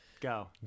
Go